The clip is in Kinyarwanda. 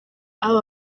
aba